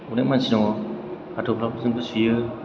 अनेख मानसि दङ हाथफ्लाफोरजोंबो सुयो